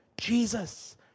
Jesus